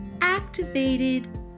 activated